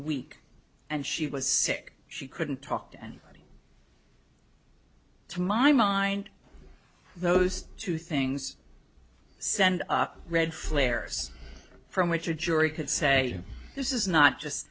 week and she was sick she couldn't talk to anybody to my mind those two things send up red flares from which a jury could say this is not just